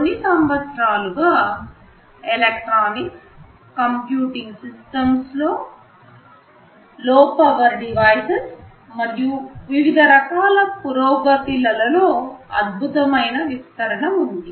కొన్ని సంవత్సరాలుగా electronics computing systems లో పవర్ డివైసెస్ మరియు వివిధ రకాల పురోగతి లలో అద్భుతమైన విస్తరణ ఉంది